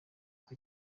uko